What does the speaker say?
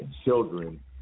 children